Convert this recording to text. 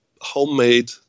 homemade